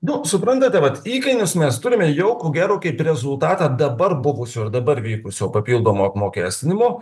nu suprantate vat įkainius mes turime jau ko gero kaip rezultatą dabar buvusių ir dabar vykusio papildomo apmokestinimo